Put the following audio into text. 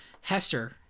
hester